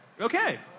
Okay